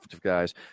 guys